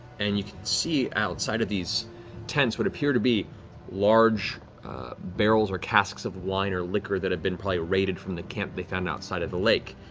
and you can see outside of these tents what appear to be large barrels or casks of wine or liquor that have been probably raided from the camp they found outside of the lake.